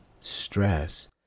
stress